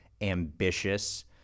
ambitious